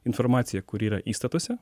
informaciją kuri yra įstatuose